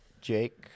Jake